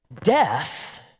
Death